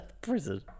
Prison